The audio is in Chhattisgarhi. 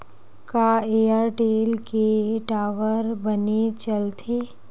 का एयरटेल के टावर बने चलथे?